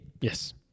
Yes